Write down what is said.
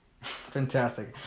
Fantastic